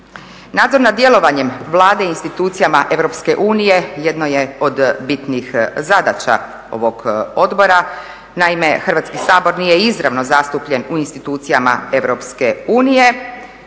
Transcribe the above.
Nadzor nad djelovanjem Vlade i institucijama Europske unije jedno je od bitnijih zadaća ovog odbora. naime, Hrvatski sabor nije izravno zastupljen u institucijama